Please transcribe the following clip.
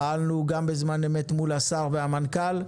פעלנו גם בזמן אמת מול השר והמנכ"ל,